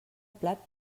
plat